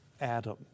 Adam